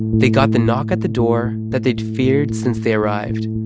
they got the knock at the door that they'd feared since they arrived.